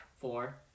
four